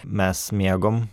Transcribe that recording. mes mėgom